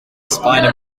spider